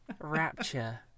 Rapture